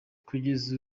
kugeza